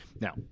Now